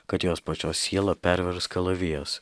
kad jos pačios sielą pervers kalavijas